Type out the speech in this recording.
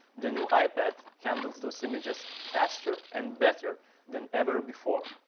the new ipad handles those images faster and better than ever before.